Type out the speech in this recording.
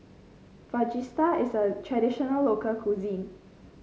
fajitas is a traditional local cuisine